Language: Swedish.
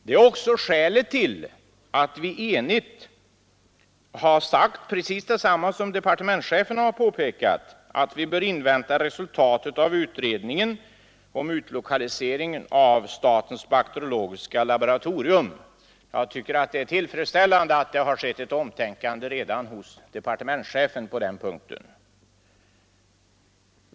Det är också skälet till att vi enhälligt har anfört precis detsamma som departementschefen har påpekat, nämligen att man bör invänta resultatet av utredningen om utlokaliseringen av statens bakteriologiska laboratorium. Jag tycker det är tillfredsställande att redan departementschefen har tänkt om på den punkten.